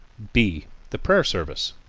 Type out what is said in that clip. b the prayer service.